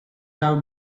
have